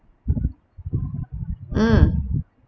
mm